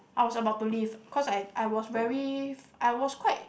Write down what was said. I was about to leave because I was very I was quite